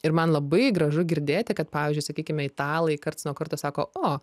ir man labai gražu girdėti kad pavyzdžiui sakykime italai karts nuo karto sako o